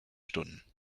stunden